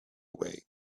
away